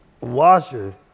Washer